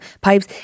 pipes